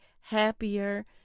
happier